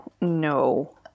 No